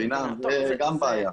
זו גם בעיה.